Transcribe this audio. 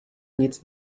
nic